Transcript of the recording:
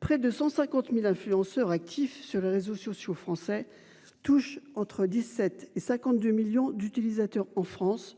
Près de 150.000 influenceurs actif sur les réseaux sociaux français touche entre 17 et 52 millions d'utilisateurs en France